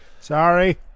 Sorry